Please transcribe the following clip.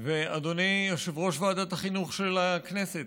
ואדוני יושב-ראש ועדת החינוך של הכנסת,